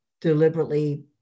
deliberately